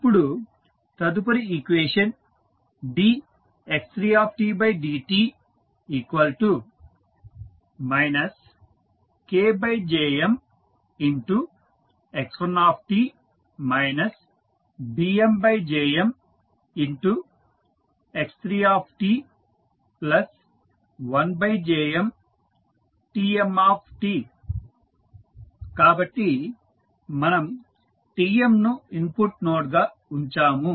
ఇప్పుడు తదుపరి equation dx3dt KJmx1t BmJmx3t1JmTm కాబట్టి మనం Tm ను ఇన్పుట్ నోడ్ గా ఉంచాము